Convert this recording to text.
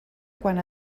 quan